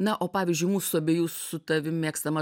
na o pavyzdžiui mūsų abiejų su tavim mėgstama